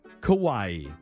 Kauai